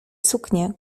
suknię